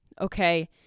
Okay